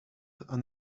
and